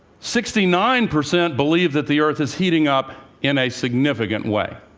sixty-nine percent believe that the earth is heating up in a significant way.